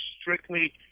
strictly